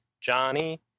Johnny